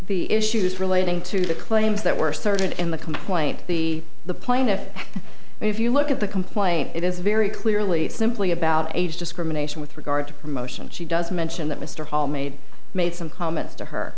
the issues relating to the claims that were started in the complaint the the plaintiff and if you look at the complaint it is very clearly it's simply about age discrimination with regard to promotion she does mention that mr hall made made some comments to her